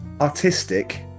artistic